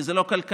כי זה לא כלכלי,